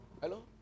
Hello